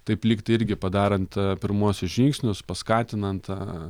taip likti irgi padarant pirmuosius žingsnius paskatinant